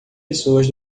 pessoas